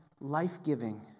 life-giving